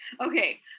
Okay